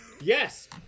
Yes